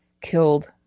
killed